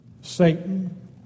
Satan